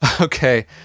okay